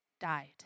died